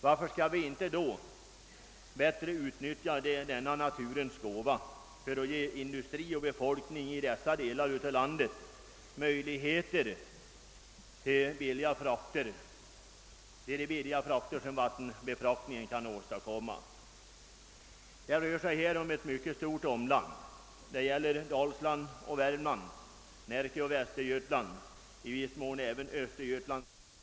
Varför skall vi då inte utnyttja denna naturens gåva för att ge industri och befolkning i de delarna av landet möjligheter till de billiga frakter som utnyttjandet av dessa vattenleder innebär? Det gäller här ett mycket stort omland: Dalsland, Värmland, Närke och Västergötland, i viss mån även Östergötland, Småland och Dalarna.